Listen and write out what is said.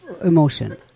emotion